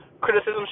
criticism